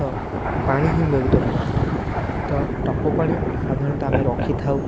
ତ ପାଣି ହିଁ ମେରୁଦଣ୍ଡ ତ ଟପ ପାଣି ସାଧାରଣତଃ ଆମେ ରଖିଥାଉ